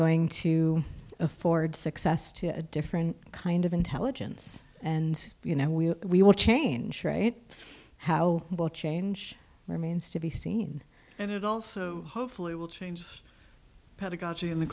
going to afford success to a different kind of intelligence and you know we we will change right how will change remains to be seen and it also hopefully will change pedagogy in the